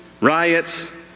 riots